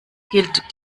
gilt